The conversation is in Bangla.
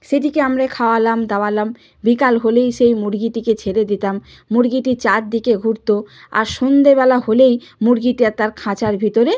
সেটিকে আমরা খাওয়ালাম দাওয়ালাম বিকাল হলেই সেই মুরগীটিকে ছেড়ে দিতাম মুরগীটি চারদিকে ঘুরতো আর সন্দেবেলা হলেই মুরগীটা তার খাঁচার ভেতরে